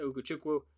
Uguchukwu